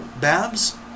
Babs